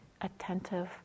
attentive